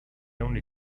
only